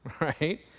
right